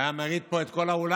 היה מרעיד פה את כל האולם.